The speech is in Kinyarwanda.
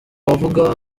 wavuga